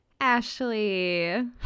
ashley